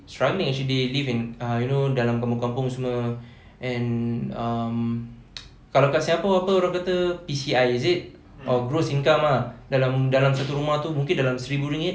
struggling actually live in ah you know dalam kampung-kampung semua and um kalau kat singapore apa orang kata P_C_I is it or gross income lah dalam dalam satu rumah tu mungkin dalam seribu ringgit